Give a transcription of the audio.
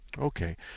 Okay